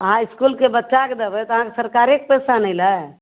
अहाँ इसकुलके बच्चाके देबै तऽ अहाँकेॅं सरकारेके पैसा ने अयलै